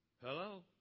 Hello